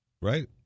Right